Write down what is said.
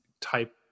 type